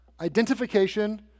identification